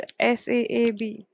SAAB